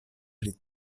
pri